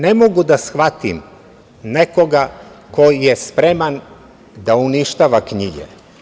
Ne mogu da shvatim nekoga ko je spreman da uništava knjige.